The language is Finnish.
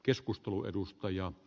arvoisa puhemies